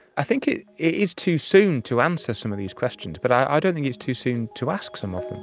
i think it is too soon to answer some of these questions but i don't think it's too soon to ask some of